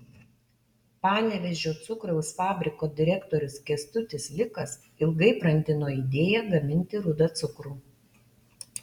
panevėžio cukraus fabriko direktorius kęstutis likas ilgai brandino idėją gaminti rudą cukrų